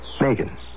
Megan